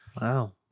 wow